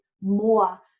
more